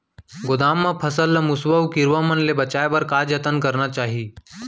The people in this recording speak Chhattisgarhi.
गोदाम मा फसल ला मुसवा अऊ कीरवा मन ले बचाये बर का जतन करना चाही?